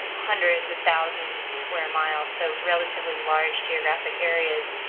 hundreds or thousands of square miles, so relatively large geographic areas.